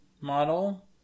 model